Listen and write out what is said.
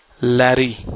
Larry